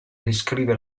descrive